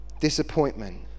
disappointment